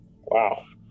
Wow